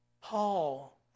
Paul